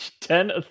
ten